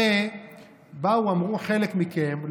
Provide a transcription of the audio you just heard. הרי באו ואמרו חלק מכם,